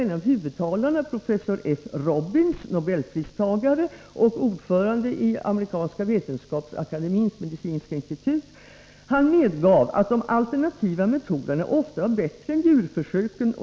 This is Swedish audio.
En av huvudtalarna, professor F. Robbins, nobelpristagare och ordförande i amerikanska vetenskapsakademiens medicinska institut, medgav att de alternativa metoderna ofta är bättre än djurförsöken.